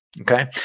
Okay